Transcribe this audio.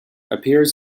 appears